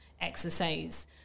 exercise